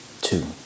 two